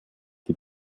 die